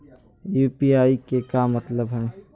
UPI के का मतलब हई?